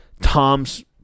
Tom's